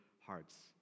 hearts